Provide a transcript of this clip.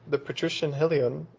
the patrician helion,